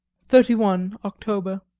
thirty one october.